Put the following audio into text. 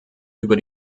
über